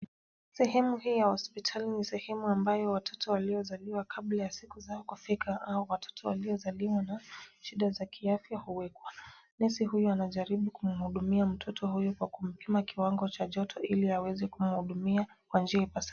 Sehemu hii ya hospitali ni sehemu ambayo watoto waliozaliwa kabla ya siku zao kufika au watoto waliozaliwa na shida za kiafya huwekwa. Nesi huyu anajaribu kumhudumia mtoto huyu kwa kumpima kiwango cha joto ili aweze kumhudumia kwa njia ipasayo.